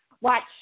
watch